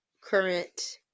current